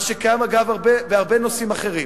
מה שקיים, אגב, בהרבה נושאים אחרים,